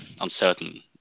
uncertain